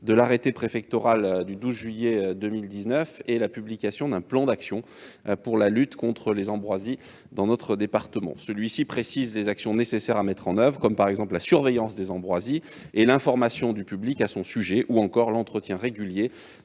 de l'arrêté préfectoral du 12 juillet 2019 et à la publication du plan d'action pour la lutte contre les ambroisies dans ce département. Celui-ci précise les actions nécessaires à mettre en oeuvre, comme la surveillance des ambroisies et l'information du public à son sujet, ou encore l'entretien régulier